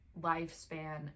lifespan